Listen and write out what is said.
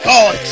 God